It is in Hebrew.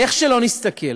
איך שלא נסתכל,